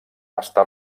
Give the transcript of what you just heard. està